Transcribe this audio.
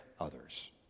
others